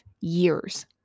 years